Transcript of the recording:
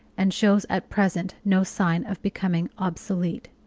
and shows at present no sign of becoming obsolete.